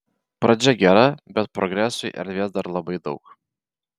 pradžia gera bet progresui erdvės dar labai daug